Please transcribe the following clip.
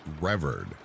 revered